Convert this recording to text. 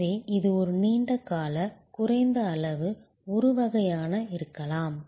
எனவே இது ஒரு நீண்ட கால குறைந்த அளவு ஒரு வகையான இருக்கலாம்